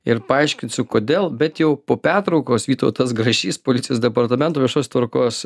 ir paaiškinsiu kodėl bet jau po pertraukos vytautas grašys policijos departamento viešos tvarkos